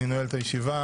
אני נועל את הישיבה.